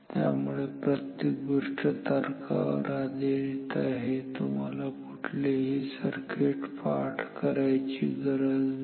त्यामुळे प्रत्येक गोष्ट तर्कावर आधारित आहे तुम्हाला कुठलेही सर्किट पाठ करायची गरज नाही